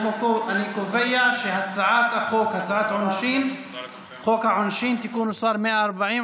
אני קובע שהצעת חוק העונשין (תיקון מס' 140)